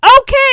Okay